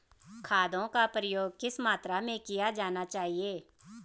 खादों का प्रयोग किस मात्रा में किया जाना चाहिए?